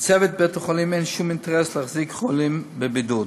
לצוות בית-החולים אין שום אינטרס להחזיק חולים בבידוד.